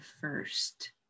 first